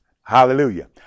hallelujah